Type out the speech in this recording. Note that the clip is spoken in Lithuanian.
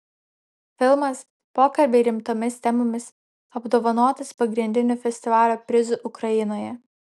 filmas pokalbiai rimtomis temomis apdovanotas pagrindiniu festivalio prizu ukrainoje